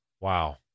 Wow